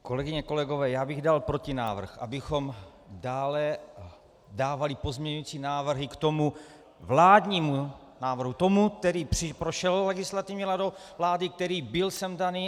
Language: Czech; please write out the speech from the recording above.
Kolegyně, kolegové, já bych dal protinávrh, abychom dále dávali pozměňovací návrhy k tomu vládnímu návrhu, tomu, který prošel Legislativní radou vlády, který byl sem daný.